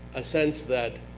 a sense that,